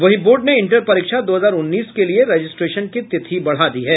वहीं बोर्ड ने इंटर परीक्षा दो हजार उन्नीस के लिये रजिस्ट्रेशन की तिथि बढ़ा दी है